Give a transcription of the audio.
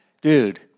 dude